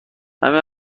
همین